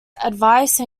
advice